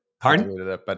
Pardon